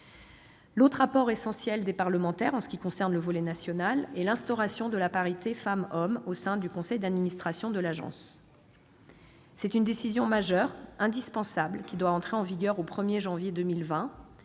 L'autre apport essentiel des parlementaires, en ce qui concerne le volet national, est l'instauration de la parité entre les femmes et les hommes au sein du conseil d'administration de l'Agence. C'est une décision majeure, indispensable, qui entrera en vigueur au 1 janvier 2020.